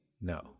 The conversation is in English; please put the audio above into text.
No